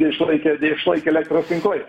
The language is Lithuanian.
išlaikė neišlaikė elektros tinklai